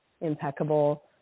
impeccable